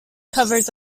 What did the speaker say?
covers